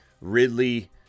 Ridley